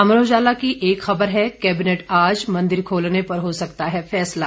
अमर उजाला की एक खबर है कैबिनेट आज मंदिर खोलने पर हो सकता है फैसला